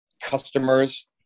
customers